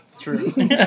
true